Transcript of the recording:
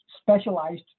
specialized